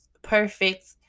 Perfect